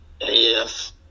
Yes